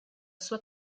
sua